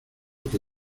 que